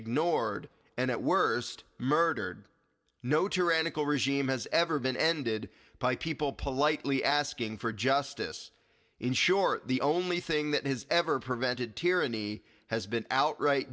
ignored and at worst murdered no tyrannical regime has ever been ended by people politely asking for justice in short the only thing that has ever prevented tyranny has been outright